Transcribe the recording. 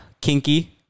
Kinky